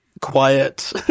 quiet